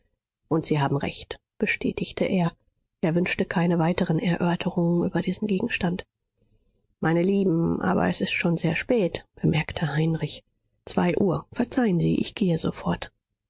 und sie haben recht bestätigte er er wünschte keine weiteren erörterungen über diesen gegenstand meine lieben aber es ist schon sehr spät bemerkte heinrich zwei uhr verzeihen sie ich gehe sofort